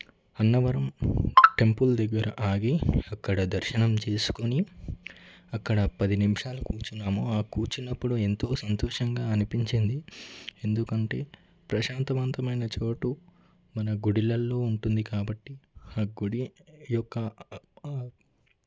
Annavaram temple దగ్గర ఆగి అక్కడ దర్శనం చేసుకుని అక్కడ పది నిమిషాలు కూర్చున్నాము ఆ కూచినప్పుడు ఎంతో సంతోషంగా అనిపించింది ఎందుకంటే ప్రశాంతవంతమైన చోటు మన గుడిలల్లో ఉంటుంది కాబట్టి ఆ గుడి యొక్క